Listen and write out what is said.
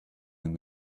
him